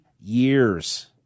years